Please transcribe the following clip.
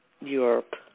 Europe